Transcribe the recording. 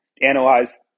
analyze